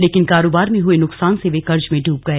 लेकिन कारोबार में हए नुकसान से वे कर्ज में डूब गए